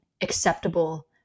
acceptable